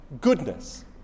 goodness